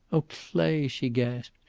oh, clay! she gasped.